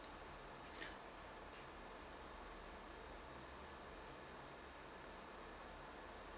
mm